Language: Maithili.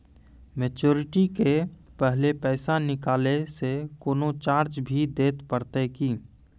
मैच्योरिटी के पहले पैसा निकालै से कोनो चार्ज भी देत परतै की?